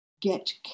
get